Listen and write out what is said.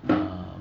uh